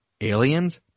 Aliens